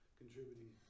contributing